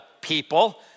people